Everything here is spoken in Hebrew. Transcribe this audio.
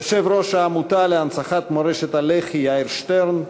יושב-ראש העמותה להנצחת מורשת הלח"י יאיר שטרן,